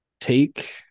Take